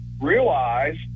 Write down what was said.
realize